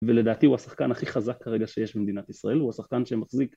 ולדעתי הוא השחקן הכי חזק כרגע שיש במדינת ישראל, הוא השחקן שמחזיק